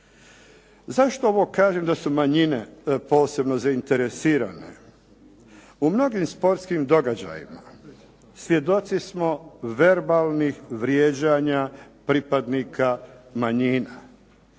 Zašto ovo kažem da su manjine posebno zainteresirane. U mnogim sportskim događajima, svjedoci smo verbalnih vrijeđana pripadnika manjina.